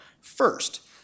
first